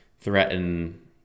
threaten